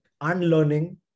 unlearning